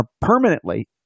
permanently